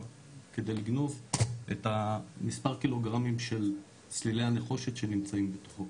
כדי לגנוב את מספר הקילוגרמים של סלילי הנחושת שנמצאים בתוכו.